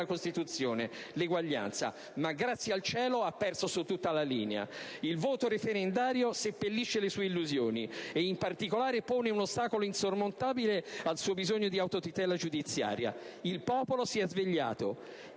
Costituzione, l'eguaglianza. Ma, grazie al Cielo, ha perso su tutta la linea! Il voto referendario seppellisce le sue illusioni e, in particolare, pone un ostacolo insormontabile al suo bisogno di autotutela giudiziaria. Il popolo si è svegliato,